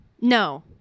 No